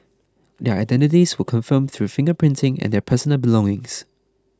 their identities were confirmed through finger printing and their personal belongings